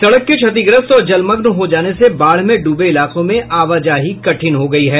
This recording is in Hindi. सड़क के क्षतिग्रस्त और जलमग्न हो जाने से बाढ़ में डूबे इलाकों में आवाजाही कठिन हो गयी है